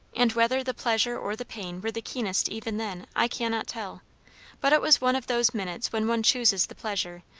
and whether the pleasure or the pain were the keenest even then, i cannot tell but it was one of those minutes when one chooses the pleasure,